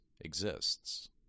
exists